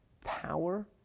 power